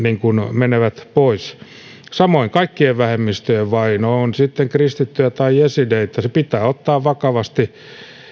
menevät pois samoin kaikkien vähemmistöjen vaino ovat sitten kristittyjä tai jesideitä pitää ottaa vakavasti